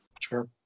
Sure